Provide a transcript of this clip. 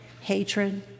hatred